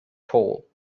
tall